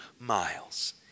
miles